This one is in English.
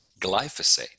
glyphosate